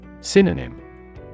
Synonym